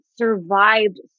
Survived